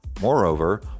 Moreover